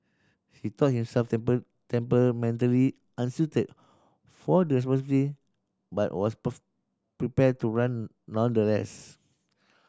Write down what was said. he thought himself temperamentally unsuited for the responsibility but was prepared to run nonetheless